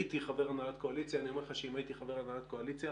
אני אומר לך שאם הייתי חבר הנהלת קואליציה